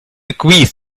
agrees